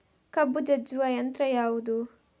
ಕಬ್ಬು ಜಜ್ಜುವ ಯಂತ್ರ ಯಾವುದು?